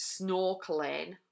snorkeling